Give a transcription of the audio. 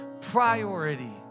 priority